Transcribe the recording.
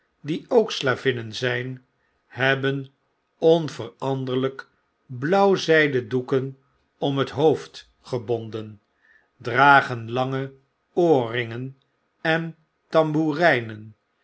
die ook slavinnenzp hebben onveranderhjk blauw zijden doeken om het hoofd gebonden dragen lange oorringen en tamboerijnen